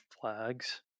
flags